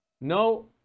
no